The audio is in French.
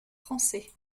français